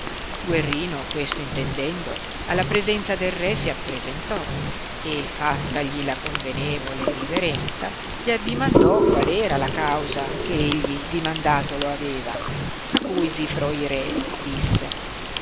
guerrino questo intendendo alla presenza del re si appresentò e fattagli la convenevole riverenza gli addimandò qual era la causa che egli dimandato lo aveva a cui zifroi re disse